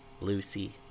Lucy